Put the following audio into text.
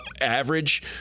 average